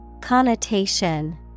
Connotation